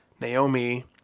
Naomi